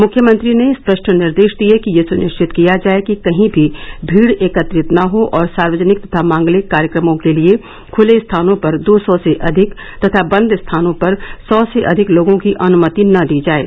मुख्यमंत्री ने स्पष्ट निर्देश दिये कि यह सुनिश्चित किया जाये कि कही भी भीड़ एकत्रित न हो और सार्वजनिक तथा मांगलिक कार्यक्रमों के लिये खुले स्थानों पर दो सौ से अधिक तथा बंद स्थानों पर सौ से अधिक लोगों की अनुमति न दी जाये